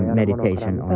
meditation or